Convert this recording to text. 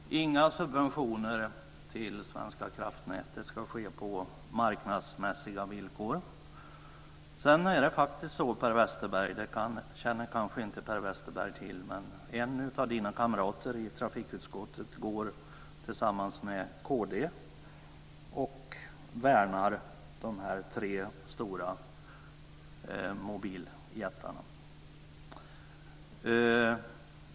Fru talman! Inga subventioner till Svenska Kraftnät. Det ska ske på marknadsmässiga villkor. Det är faktiskt så, det känner kanske inte Per Westerberg till, att en av Per Westerbergs kamrater i trafikutskottet tillsammans med kd värnar de tre stora mobiljättarna.